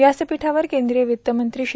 व्यासपीठावर केंद्रीय वित्तमंत्री श्री